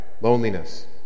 loneliness